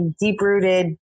deep-rooted